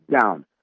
down